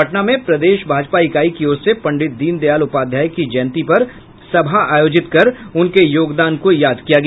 पटना में प्रदेश भाजपा ईकाई की ओर से पंडित दीनदयाल उपाध्याय की जयंती पर सभा आयोजित कर उनके योगदान को याद किया गया